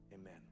Amen